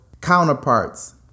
counterparts